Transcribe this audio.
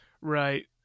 Right